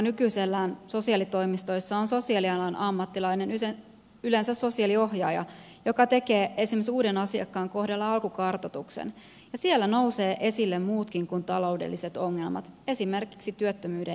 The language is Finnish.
nykyisellään sosiaalitoimistoissa se on sosiaalialan ammattilainen yleensä sosiaaliohjaaja joka tekee esimerkiksi uuden asiakkaan kohdalla alkukartoituksen ja siellä nousevat esille muutkin kuin taloudelliset ongelmat esimerkiksi työttömyyden esteet